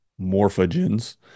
morphogens